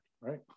right